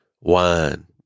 wine